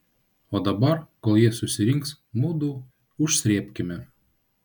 o dabar kol jie susirinks mudu užsrėbkime